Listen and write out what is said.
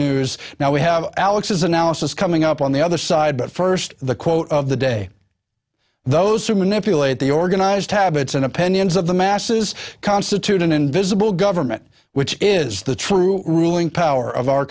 news now we have alex's analysis coming up on the other side but first the quote of the day those who manipulate the organized habits and opinions of the masses constitute an invisible government which is the true ruling power of our